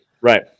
right